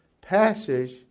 passage